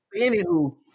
Anywho